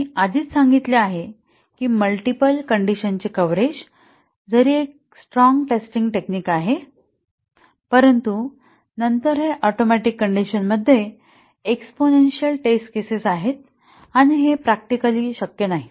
आम्ही आधीच सांगितले आहे की मल्टिपल कण्डिशनचे कव्हरेज जरी एक मजबूत टेस्टिंग टेक्निक आहे परंतु नंतर हे ऍटोमिक कण्डिशन मध्ये एक्सपोनेंशियल टेस्ट केसेस आहेत हे व्यावहारिक नाही